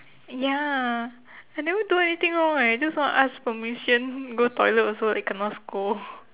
ya I never do anything wrong right just want to ask permission go toilet also kena scold